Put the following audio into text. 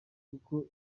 kuko